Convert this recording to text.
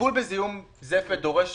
הטיפול בזיהום זפת דורש